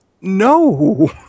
No